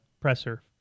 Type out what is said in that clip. presser